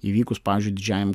įvykus pavyzdžiui didžiajam